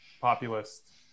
populist